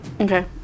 Okay